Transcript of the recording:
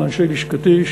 אנשי לשכתי,